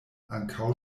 ankaŭ